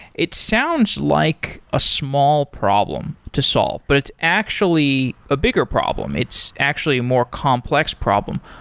it sounds like a small problem to solve, but it's actually a bigger problem. it's actually a more complex problem.